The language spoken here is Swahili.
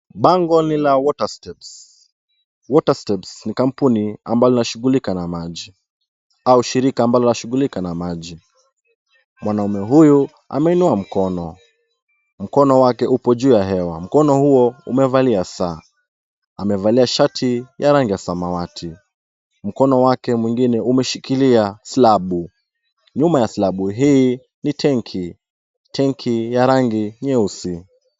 Bango ni la WaterSteps . WaterSteps ni kampuni ambalo nashughulika na maji. Au shirika ambalo nashughulika na maji. Mwanaume huyu amenua mkono. Mkono wake upo juu ya hewa. Mkono huo umevalia saa. Amevalia shati ya rangi ya samawati. Mkono wake mwingine umeshikilia slabu. Nyuma ya slabu hii ni tenki. Tenki ya rangi nyeusi.